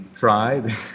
Try